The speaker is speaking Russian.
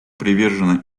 привержена